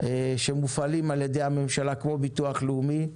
שמופעלים על ידי הממשלה כמו הביטוח הלאומי,